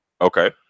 okay